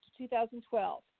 2012